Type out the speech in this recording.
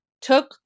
took